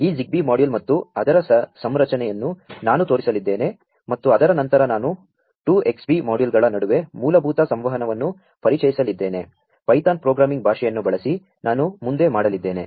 ಈ Xbee ಮಾ due ಲ್ ಮತ್ತು ಅದರ ಸಂ ರಚನೆಯನ್ನು ನಾ ನು ತೋ ರಿಸಲಿದ್ದೇ ನೆ ಮತ್ತು ಅದರ ನಂ ತರ ನಾ ನು 2 Xbee ಮಾ ಡ್ಯೂ ಲ್ಗಳ ನಡು ವೆ ಮೂ ಲಭೂ ತ ಸಂ ವಹನವನ್ನು ಪರಿಚಯಿಸಲಿದ್ದೇ ನೆ Python programming ಭಾ ಷೆಯನ್ನು ಬಳಸಿ ನಾ ನು ಮುಂ ದೆ ಮಾ ಡಲಿದ್ದೇ ನೆ